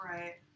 Right